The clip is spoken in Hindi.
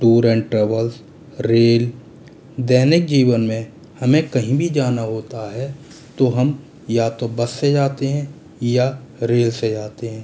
टूर एंड ट्रेवल्स रेल दैनिक जीवन में हमें कहीं भी जाना होता है तो हम या तो बस से जाते हैं या रेल से जाते हैं